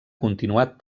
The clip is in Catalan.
continuat